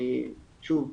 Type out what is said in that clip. שוב,